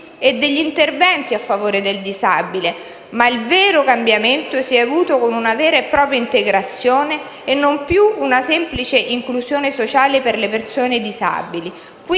e degli interventi a favore del disabile. Ma il vero cambiamento si è avuto con una vera e propria integrazione e non più una semplice inclusione sociale per le persone disabili;